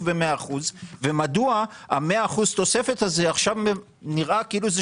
ב-100% ומדוע ה-100% תוספת הזאת נראית עכשיו כאילו זה